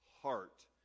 heart